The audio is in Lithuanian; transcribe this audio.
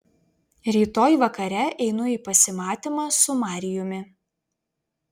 rytoj vakare einu į pasimatymą su marijumi